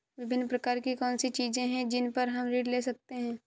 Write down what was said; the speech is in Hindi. विभिन्न प्रकार की कौन सी चीजें हैं जिन पर हम ऋण ले सकते हैं?